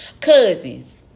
cousins